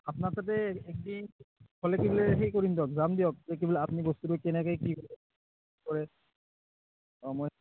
আপোনাৰ ওচৰতে একদিন হ'লে কি বোলে হেৰি কৰিম দিয়ক যাম দিয়ক এই কি বোলে আপুনি বস্তুটো কেনেকে কি কৰে অঁ মই